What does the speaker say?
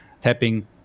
tapping